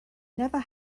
never